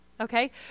okay